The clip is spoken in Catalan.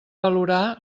valorar